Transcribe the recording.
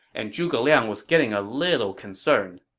and zhuge liang was getting a little concerned